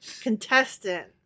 Contestant